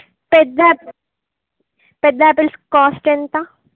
పెద్ద పెద్ద apples cost ఎంత